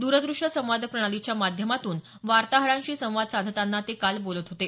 दूरदृष्य संवाद प्रणालीच्या माध्यमातून वार्ताहरांशी संवाद साधताना ते काल बोलत होते